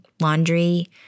laundry